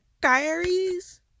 Diaries